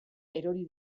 erori